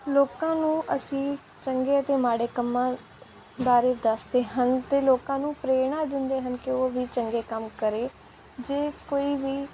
ਲੋਕਾਂ ਨੂੰ ਅਸੀਂ ਚੰਗੇ ਅਤੇ ਮਾੜੇ ਕੰਮਾਂ ਬਾਰੇ ਦੱਸਦੇ ਹਨ ਅਤੇ ਲੋਕਾਂ ਨੂੰ ਪ੍ਰੇਰਣਾ ਦਿੰਦੇ ਹਨ ਕਿ ਉਹ ਵੀ ਚੰਗੇ ਕੰਮ ਕਰੇ ਜੇ ਕੋਈ ਵੀ